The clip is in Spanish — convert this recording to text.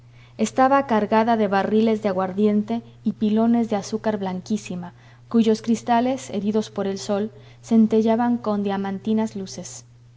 estaba cargada de barriles de aguardiente y pilones de azúcar blanquísima cuyos cristales heridos por el sol centellaban con diamantinas luces